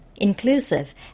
inclusive